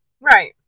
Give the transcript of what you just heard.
Right